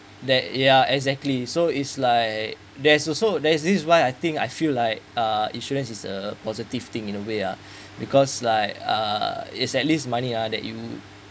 that ya exactly so is like there's also there's this is why I think I feel like uh insurance is a positive thing in a way uh because like uh it's at least money uh that you